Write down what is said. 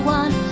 one